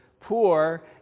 poor